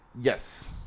Yes